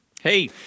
Hey